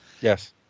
Yes